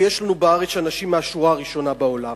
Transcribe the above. ויש לנו בארץ אנשים מהשורה הראשונה בעולם.